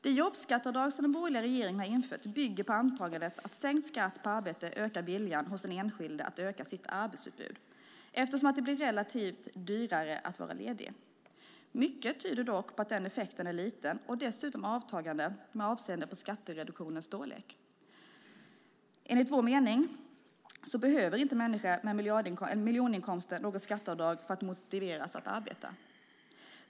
Det jobbskatteavdrag som den borgerliga regeringen har infört bygger på antagandet att sänkt skatt på arbete ökar viljan hos den enskilde att öka sitt arbetsutbud eftersom det relativt sett blir dyrare att vara ledig. Mycket tyder dock på att den effekten är liten och dessutom avtagande med avseende på skattereduktionens storlek. Enligt vår mening behöver inte människor med miljoninkomster något skatteavdrag för att motiveras att arbeta.